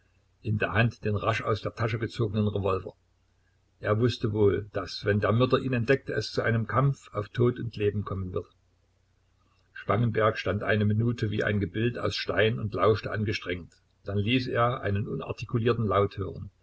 in der hand den rasch aus der tasche gezogenen revolver er wußte wohl daß wenn der mörder ihn entdeckte es zu einem kampf auf tod und leben kommen würde spangenberg stand eine minute wie ein gebild aus stein und lauschte angestrengt dann ließ er einen unartikulierten laut hören